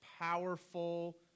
powerful